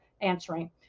answering